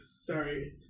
sorry